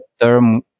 term